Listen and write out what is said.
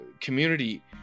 community